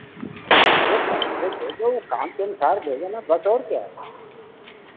अरे पैसे दे देना काम के अनुसार दे देना पैसे और क्या